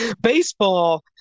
Baseball